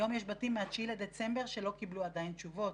היום יש בתים מה-9 בדצמבר שלא קיבלו עדיין תשובות.